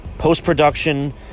Post-production